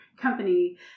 company